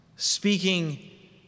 speaking